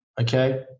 okay